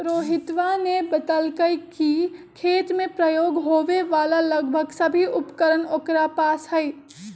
रोहितवा ने बतल कई कि खेत में प्रयोग होवे वाला लगभग सभी उपकरण ओकरा पास हई